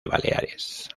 baleares